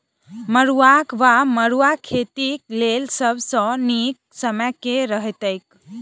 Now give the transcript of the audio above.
मरुआक वा मड़ुआ खेतीक लेल सब सऽ नीक समय केँ रहतैक?